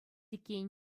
иккен